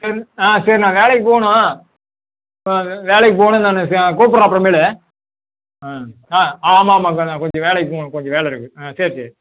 சரி ஆ சரி நான் வேலைக்கு போகணும் ஆ வேலைக்கு போகணும் நான் சா கூப்பிட்றேன் அப்புறமேலு ஆ ஆ ஆமாம் ஆமாம் கொஞ்சம் வேலைக்கு போகணும் கொஞ்சம் வேலை இருக்குது ஆ சரி சரி